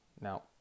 Now